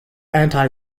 anti